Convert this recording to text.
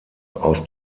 aus